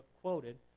quoted